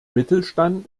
mittelstand